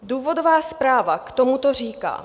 Důvodová zpráva k tomuto říká: